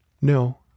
No